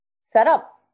setup